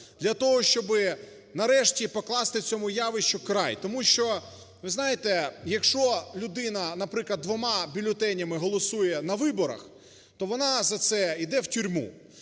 для того, щоб нарешті покласти цьому явищу край. Тому що, ви знаєте, якщо людина, наприклад, двома бюлетенями голосує на виборах, то вона за це іде у тюрму.